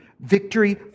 Victory